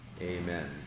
Amen